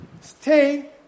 Stay